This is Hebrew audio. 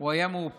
הוא היה מאופק.